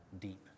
deep